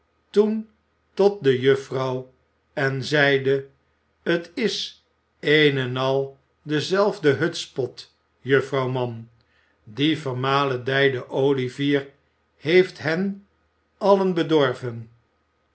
toen tot de juffrouw en zeide t is een en al dezelfde hutspot juffrouw mann die vermaledijde olivier heeft hen allen bedorven